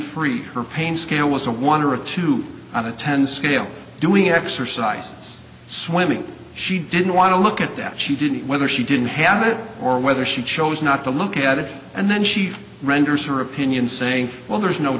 free her pain scale was a one or a two out of ten scale doing exercises swimming she didn't want to look at that she didn't whether she didn't have it or whether she chose not to look at it and then she renders her opinion saying well there's no